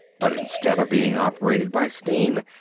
but, instead of being operated by steam,